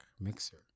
mixer